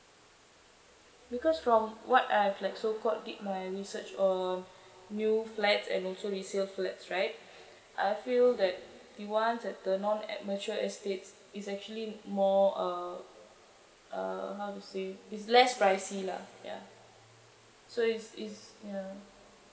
because from what I've like so called did my research of new flats and also resale flats right I feel that at mature estates is actually more uh uh how to say it's less pricy lah ya so is is ya